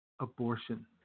abortion